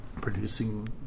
producing